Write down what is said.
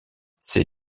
ces